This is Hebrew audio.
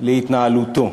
על התנהלותו.